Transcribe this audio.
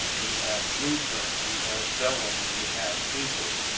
we have blueprints we have vellum we have paper.